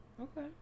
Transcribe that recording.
Okay